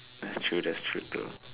that's true that's true too